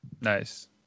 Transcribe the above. Nice